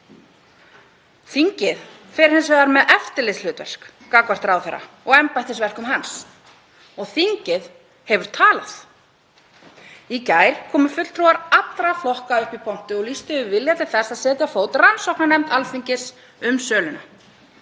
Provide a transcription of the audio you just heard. Þingið fer hins vegar með eftirlitshlutverk gagnvart ráðherra og embættisverkum hans og þingið hefur talað. Í gær komu fulltrúar allra flokka upp í pontu og lýstu yfir vilja til þess að setja á fót rannsóknarnefnd Alþingis um söluna.